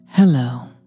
Hello